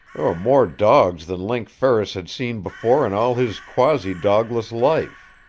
there were more dogs than link ferris had seen before in all his quasi-dogless life.